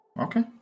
Okay